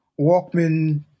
walkman